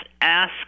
ask